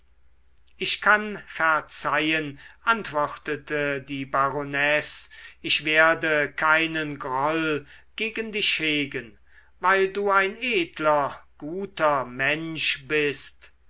ich kann verzeihen antwortete die baronesse ich werde keinen groll gegen dich hegen weil du ein edler guter mensch bist